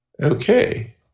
Okay